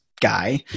guy